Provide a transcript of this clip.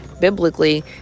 Biblically